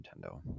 Nintendo